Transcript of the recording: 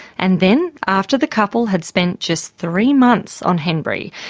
and then, after the couple had spent just three months on henbury,